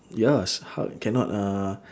ya s~ hulk cannot uh